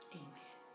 amen